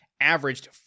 averaged